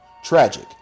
Tragic